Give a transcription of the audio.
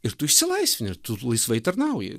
ir tu išsilaisvini ir tu laisvai tarnauji